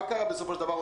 מה קרה בסופו של דבר?